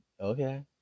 okay